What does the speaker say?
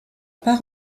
pas